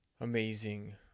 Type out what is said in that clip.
amazing